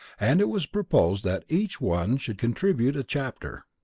and it was proposed that each one should contribute a chapter.